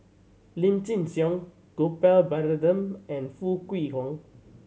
Lim Chin Siong Gopal Baratham and Foo Kwee Horng